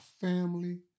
family